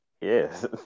Yes